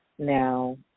Now